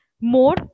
more